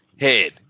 head